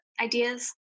ideas